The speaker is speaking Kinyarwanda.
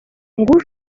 ngo